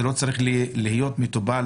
ולא צריך להיות מטופל